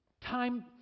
Time